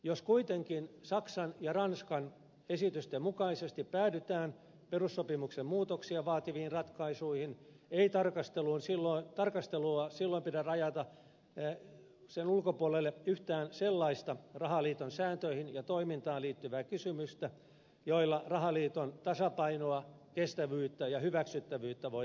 jos kuitenkin saksan ja ranskan esitysten mukaisesti päädytään perussopimuksen muutoksia vaativiin ratkaisuihin ei tarkastelun ulkopuolelle silloin pidä rajata yhtään sellaista rahaliiton sääntöihin ja toimintaan liittyvää kysymystä jolla rahaliiton tasapainoa kestävyyttä ja hyväksyttävyyttä voidaan parantaa